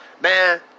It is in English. man